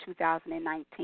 2019